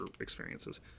experiences